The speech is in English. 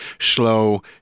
slow